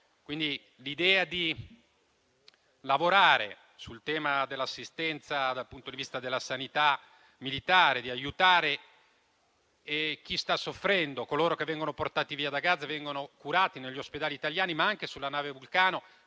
zona. L'idea è di lavorare sul tema dell'assistenza, dal punto di vista della sanità militare, e di aiutare chi sta soffrendo, coloro che vengono portati via da Gaza e vengono curati, negli ospedali italiani ma anche sulla nave Vulcano.